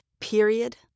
period